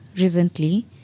recently